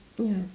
ya